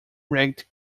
ragged